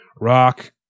rock